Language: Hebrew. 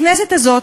בכנסת הזאת,